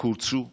קורצו מנהיגים.